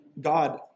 God